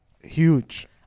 huge